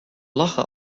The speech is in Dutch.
lachen